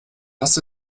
hast